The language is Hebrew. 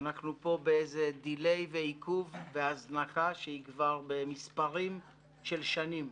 אנחנו פה באיזה דיליי ועיכוב והזנחה שהיא כבר במספרים של שנים.